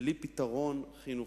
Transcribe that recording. בלי פתרון חינוכי.